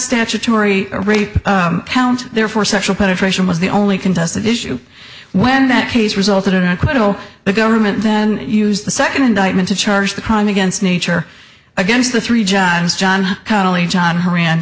statutory rape and therefore sexual penetration was the only contested issue when that case resulted in an acquittal the government then use the second indictment to charge the crime against nature against the three jobs john connally john kerry and